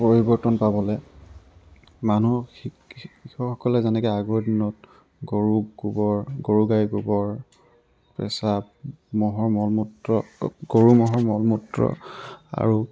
পৰিৱৰ্তন পাবলে মানুহক কৃষকসকলে যেনেকৈ আগৰ দিনত গৰু গোবৰ গৰু গাই গোবৰ পেছাৱ ম'হৰ মল মূত্ৰ গৰু ম'হৰ মল মূত্ৰ আৰু